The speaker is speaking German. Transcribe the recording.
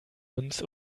uns